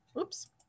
Oops